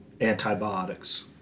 antibiotics